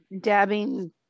dabbing